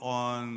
on